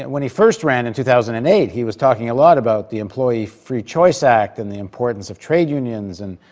when he first ran in two thousand and eight, he was talking a lot about the employee free choice act and the importance of trade unions and